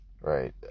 right